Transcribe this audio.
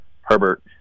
Herbert